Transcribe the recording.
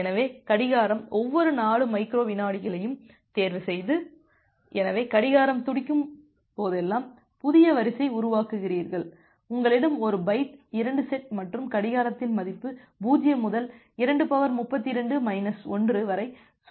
எனவே கடிகாரம் ஒவ்வொரு 4 மைக்ரோ விநாடிகளையும் தேர்வுசெய்தது எனவே கடிகாரம் துடிக்கும் போதெல்லாம்புதிய வரிசை உருவாக்குகிறீர்கள்உங்களிடம் ஒரு பைட் 2 செட் மற்றும் கடிகாரத்தின் மதிப்பு 0 முதல் 232 1 வரை சுழற்சி செய்யும்